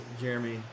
Jeremy